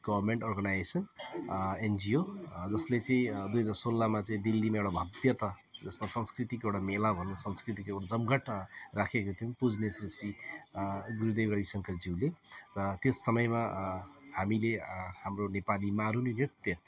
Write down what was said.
government organisation NGO जसले चाहिँ दुई हजार सोह्रमा चाहिँ दिल्लीमा एउटा भव्य जसमा सांस्कृतिक एउटा मेला भनौँ सांस्कृतिक एउटा जमघट राखेको थियौँ पुजनेस ऋषि गुरुदेव रविशङ्करज्यूले र त्यस समयमा हामीले हाम्रो नेपाली मारुनी नृत्य